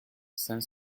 cinq